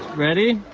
ready?